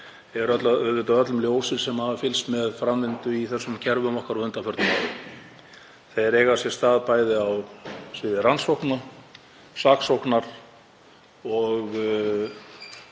hér eru auðvitað öllum ljósir sem fylgst hafa með framvindu í þessum kerfum okkar á undanförnum árum. Þeir eiga sér stað bæði á sviði rannsókna, saksóknar og